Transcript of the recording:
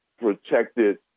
Protected